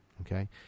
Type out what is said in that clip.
Okay